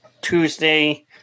Tuesday